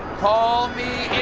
call me